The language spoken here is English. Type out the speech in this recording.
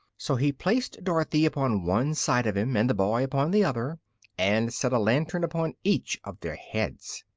so he placed dorothy upon one side of him and the boy upon the other and set a lantern upon each of their heads.